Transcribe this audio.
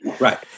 Right